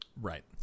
Right